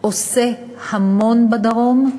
עושה המון בדרום.